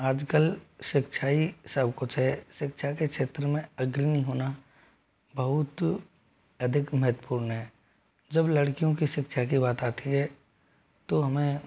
आजकल शिक्षा ही सब कुछ है शिक्षा के क्षेत्र में अग्रणी होना बहुत अधिक महत्वपूर्ण है जब लड़कियों की शिक्षा की बात आती है तो हमें